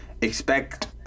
expect